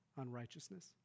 unrighteousness